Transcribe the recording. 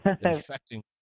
infecting